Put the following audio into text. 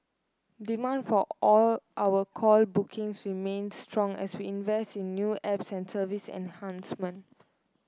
demand for all our call bookings remains strong as we invest in new apps and service enhancement